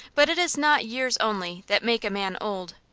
but it is not years only that make a man old.